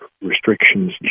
restrictions